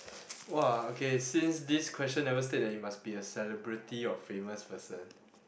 !wah! okay since this question never state that it must be a celebrity or famous person